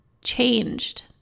changed